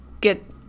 get